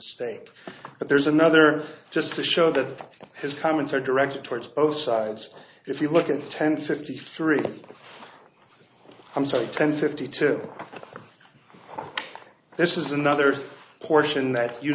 state but there's another just to show that his comments are directed towards both sides if you look at ten fifty three i'm sorry ten fifty two this is another portion that you